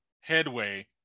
headway